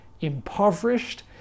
impoverished